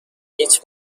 هیچ